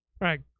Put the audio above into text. right